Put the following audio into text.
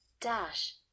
dash